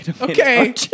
okay